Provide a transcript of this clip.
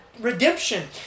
redemption